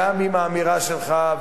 גם עם האמירה שלך,